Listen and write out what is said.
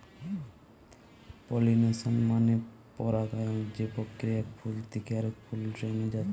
pollination মানে পরাগায়ন যে প্রক্রিয়ায় এক ফুল থিকে আরেক ফুলে রেনু যাচ্ছে